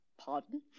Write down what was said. Pardon